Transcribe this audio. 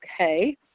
okay